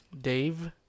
Dave